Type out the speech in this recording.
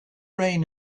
reign